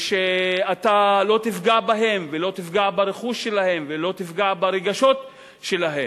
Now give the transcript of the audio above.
שאתה לא תפגע בהם ולא תפגע ברכוש שלהם ולא תפגע ברגשות שלהם,